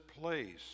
place